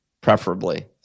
Preferably